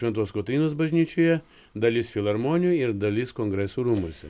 šventos kotrynos bažnyčioje dalis filharmonijoj ir dalis kongresų rūmuose